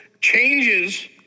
changes